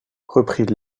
reprit